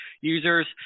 users